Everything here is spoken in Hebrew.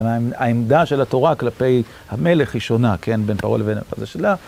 העמדה של התורה כלפי המלך היא שונה, כן, בין פרעה ובין.